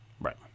Right